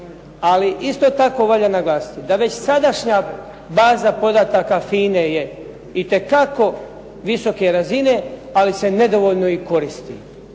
Ali isto tako treba naglasiti da već sadašnja baza podataka FINA-e je itekako visoke razine ali se nedovoljno koristi.